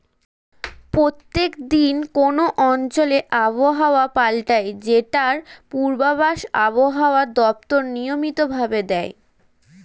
প্রত্যেক দিন কোন অঞ্চলে আবহাওয়া পাল্টায় যেটার পূর্বাভাস আবহাওয়া দপ্তর নিয়মিত ভাবে দেয়